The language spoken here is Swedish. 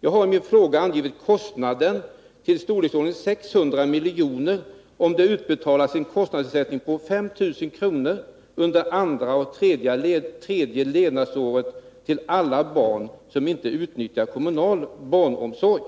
Jag har i min fråga angivit en utgift i storleksordningen 600 milj.kr., om det utbetalas en kostnadsersättning om 5 000 kr. under andra och tredje levnadsåren till alla barn som inte utnyttjar kommunal barnomsorg.